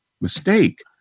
mistake